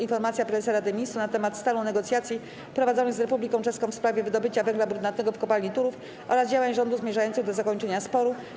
Informacja Prezesa Rady Ministrów na temat stanu negocjacji prowadzonych z Republiką Czeską w sprawie wydobycia węgla brunatnego w kopalni Turów oraz działań rządu zmierzających do zakończenia sporu,